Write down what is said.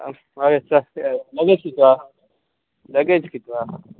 okay चल luggage कितू आहा लगेज कितू आहा